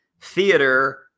theater